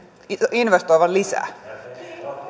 investoivan lisää